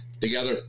together